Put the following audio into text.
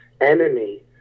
enemy